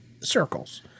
circles